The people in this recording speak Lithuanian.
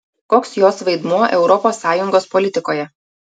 koks jos vaidmuo europos sąjungos politikoje